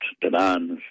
demands